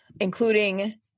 Including